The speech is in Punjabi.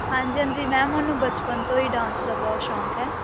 ਹਾਂਜੀ ਹਾਂਜੀ ਮੈਮ ਉਹਨੂੰ ਬਚਪਨ ਤੋਂ ਹੀ ਡਾਂਸ ਦਾ ਬਹੁਤ ਸ਼ੌਂਕ ਹੈ